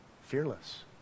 fearless